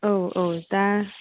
औ औ दा